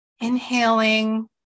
inhaling